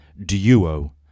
duo